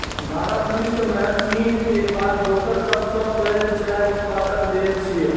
भारत विश्व मे चीन के बाद दोसर सबसं पैघ चाय उत्पादक देश छियै